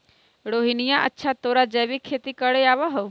रोहिणीया, अच्छा तोरा जैविक खेती करे आवा हाउ?